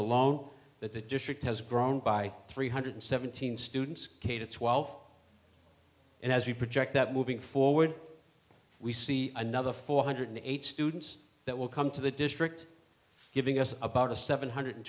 alone that the district has grown by three hundred seventeen students k to twelve and as we project that moving forward we see another four hundred eight students that will come to the district giving us about a seven hundred